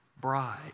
bride